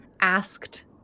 asked